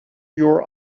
your